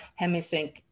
hemisync